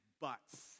butts